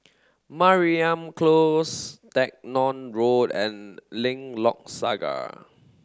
Mariam Close Stagmont Road and Lengkok Saga